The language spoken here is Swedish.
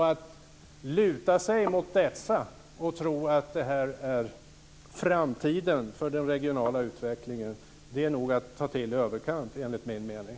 Att luta sig mot dessa och tro att det här är framtiden för den regionala utvecklingen är nog att ta till i överkant, enligt min mening.